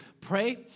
pray